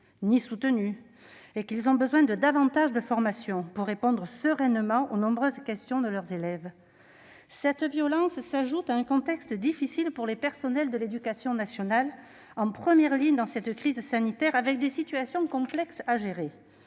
ni soutenus et avoir besoin de davantage de formations pour répondre sereinement aux nombreuses questions de leurs élèves. Cette violence s'ajoute à un contexte difficile pour les personnels de l'éducation nationale, en première ligne dans cette crise sanitaire et aux prises avec des situations complexes à gérer